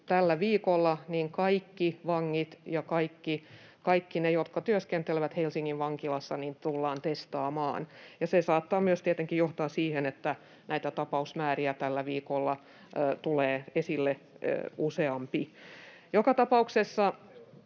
Tällä viikolla kaikki vangit ja kaikki ne, jotka työskentelevät Helsingin vankilassa, tullaan testaamaan, ja se saattaa tietenkin myös johtaa siihen, että näitä tapauksia tällä viikolla tulee esille useampi. Joka tapauksessa